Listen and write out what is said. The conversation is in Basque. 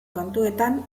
kontuetan